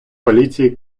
поліції